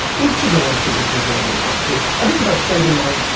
is to go on a physical journey actually. i think if i'd stayed in my